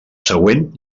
següent